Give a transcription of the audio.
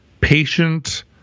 patient